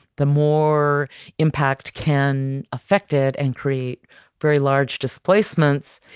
the more impact can affect it and create very large displacements.